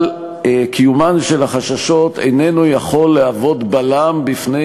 אבל קיומם של החששות איננו יכול להוות בלם בפני